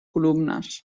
columnes